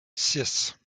six